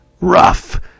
rough